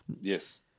Yes